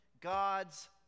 God's